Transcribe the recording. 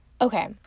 Okay